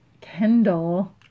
Kendall